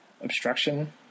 obstruction